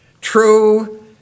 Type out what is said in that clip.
True